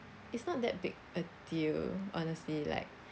it's not that big a deal honestly like